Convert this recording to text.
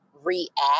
react